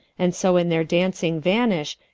and so, in their dancing vanish,